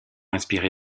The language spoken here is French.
inspiré